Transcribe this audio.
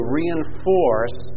reinforce